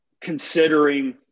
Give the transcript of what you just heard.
considering